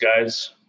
guys